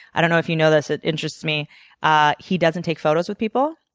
i don't know if you know this it interests me ah he doesn't take photos with people.